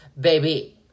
Baby